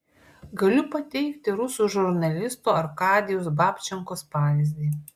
galiu pateikti rusų žurnalisto arkadijaus babčenkos pavyzdį